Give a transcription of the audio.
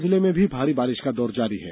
उज्जैन जिले में भी भारी वर्षा का दौर जारी है